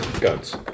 guns